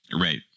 right